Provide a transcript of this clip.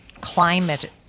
climate